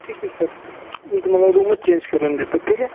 ठीक आहे सर मी तुम्हाला रूमच चेंज करून देतो ठीक आहे